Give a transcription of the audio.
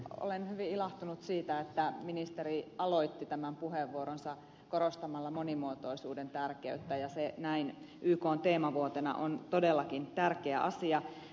olen hyvin ilahtunut siitä että ministeri aloitti tämän puheenvuoronsa korostamalla monimuotoisuuden tärkeyttä ja se näin ykn teemavuotena on todellakin tärkeä asia